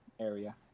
area